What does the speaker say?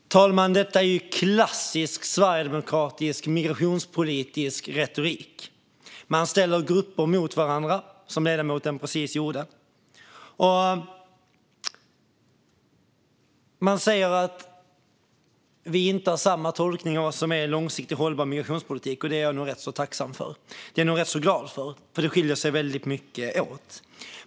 Fru talman! Detta är klassisk sverigedemokratisk migrationspolitisk retorik där man ställer grupper mot varandra, som ledamoten precis gjorde. Man säger att vi inte har samma tolkning av vad som är en långsiktigt hållbar migrationspolitik. Det är jag nog rätt så tacksam och glad för, för det skiljer sig väldigt mycket åt.